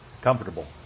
comfortable